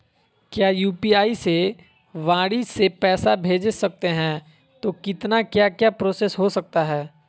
क्या यू.पी.आई से वाणी से पैसा भेज सकते हैं तो कितना क्या क्या प्रोसेस हो सकता है?